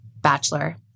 bachelor